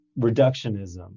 reductionism